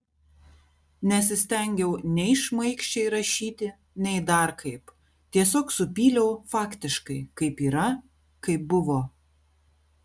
nesistengiau nei šmaikščiai rašyti nei dar kaip tiesiog supyliau faktiškai kaip yra kaip buvo